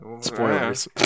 Spoilers